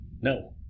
no